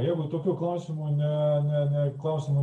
jeigu tokių klausimo ne ne ne klausimų